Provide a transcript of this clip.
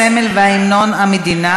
הסמל והמנון המדינה